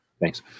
thanks